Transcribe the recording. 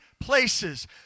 places